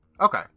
okay